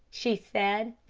she said.